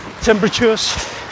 Temperatures